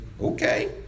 okay